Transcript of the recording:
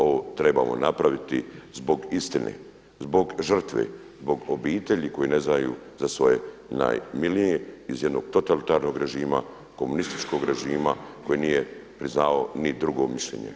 Ovo trebamo napraviti zbog istine, zbog žrtve, zbog obitelji koji ne znaju za svoje najmilije iz jednog totalitarnog režima, komunističkog režima koji nije priznavao ni drugo mišljenje.